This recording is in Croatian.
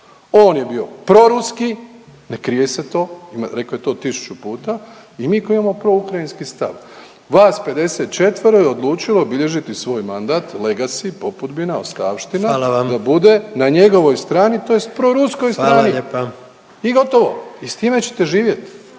On je bio proruski, ne krije se to, rekao je to 1000 puta i mi koji imamo proukrajinski stav. Vas 54 je odlučilo obilježiti svoj mandat, legacy, popudbina, ostavština … .../Upadica: Hvala vam./... da bude na njegovoj strani, tj. proruskoj strani … .../Upadica: Hvala